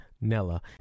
Nella